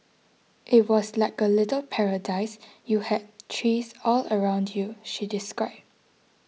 it was like a little paradise you had trees all around you she described